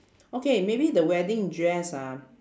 okay maybe the wedding dress ah